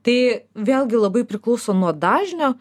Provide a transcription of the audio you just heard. tai vėlgi labai priklauso nuo dažnio